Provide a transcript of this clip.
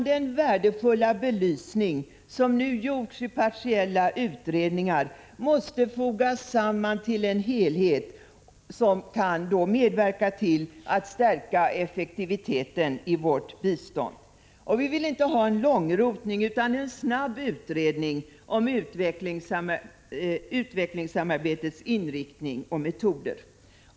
Den värdefulla belysning som nu gjorts i partiella utredningar måste fogas samman till en helhet, som kan medverka till att stärka effektiviteten i vårt bistånd. Vi vill inte ha en långrotning utan en snabb utredning om utvecklingssamarbetets inriktning och metoder.